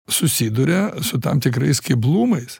susiduria su tam tikrais keblumais